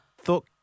thought